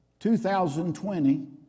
2020